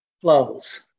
flows